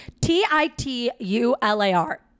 t-i-t-u-l-a-r